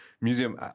museum